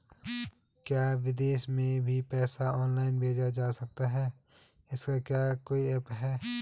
क्या विदेश में भी पैसा ऑनलाइन भेजा जा सकता है इसका क्या कोई ऐप है?